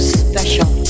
special